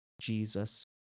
Jesus